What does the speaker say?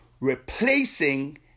replacing